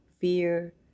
fear